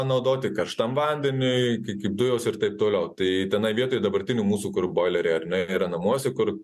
naudoti karštam vandeniui kai kaip dujos ir taip toliau tai vienoj vietoj dabartinių mūsų kur boileriai ar ne yra namuose kur